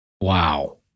Wow